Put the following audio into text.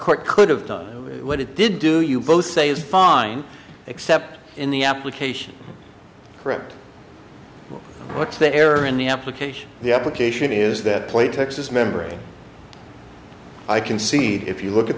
court could have done what it did do you both say is fine except in the application correct what's the error in the application the application is that play texas membrane i concede if you look at